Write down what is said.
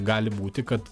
gali būti kad